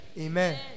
amen